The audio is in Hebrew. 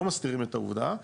לא מסתירים את העובדה,